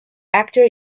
actor